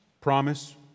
promise